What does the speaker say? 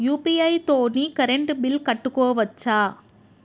UPI తోని current bill కట్టుకోవచ్ఛా?